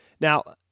Now